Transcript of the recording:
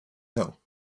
hill